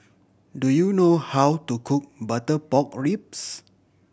do you know how to cook butter pork ribs